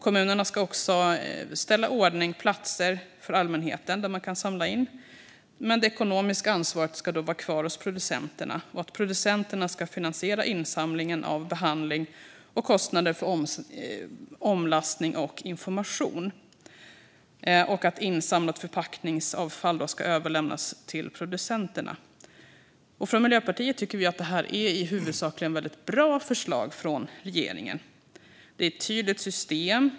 Kommunerna ska också ställa i ordning platser för allmänheten för insamling, men det ekonomiska ansvaret ska vara kvar hos producenterna. Producenterna ska finansiera insamling och behandling samt kostnader för omlastning och information. Insamlat förpackningsavfall ska överlämnas till producenterna. Vi i Miljöpartiet tycker att det i huvudsak är bra förslag från regeringen. Det är ett tydligt system.